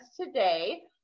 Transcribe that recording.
today